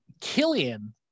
killian